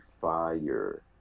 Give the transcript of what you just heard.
fire